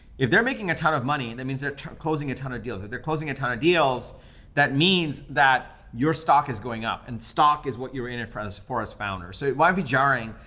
if they're making a ton of money, that means they're closing a ton of deals, if they're closing a ton of deals that means that your stock is going up, and stock is what you were in in for us for us founders. so why be jarring,